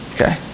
Okay